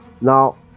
Now